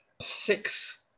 six